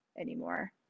anymore